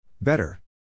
Better